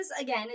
again